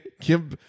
Kim